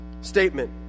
statement